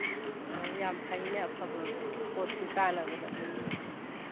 ꯑꯧ ꯌꯥꯝ ꯐꯩꯅꯦ ꯑꯐꯕ ꯄꯣꯠꯇꯨ ꯇꯥꯅꯒꯗꯕꯅꯤꯅꯦ